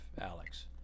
Alex